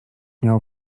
miał